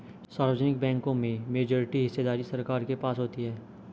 सार्वजनिक बैंकों में मेजॉरिटी हिस्सेदारी सरकार के पास होती है